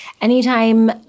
anytime